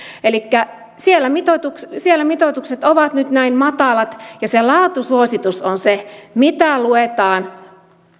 elikkä siellä mitoitukset siellä mitoitukset ovat nyt näin matalat ja se laatusuositus on se mitä luetaan